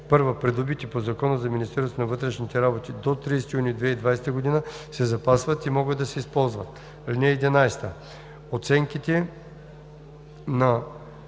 ал. 1, придобити по Закона за Министерството на вътрешните работи до 30 юни 2020 г. се запазват и могат да се използват. (11) Оценките на